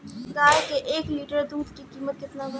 गाय के एक लिटर दूध के कीमत केतना बा?